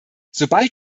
sobald